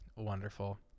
wonderful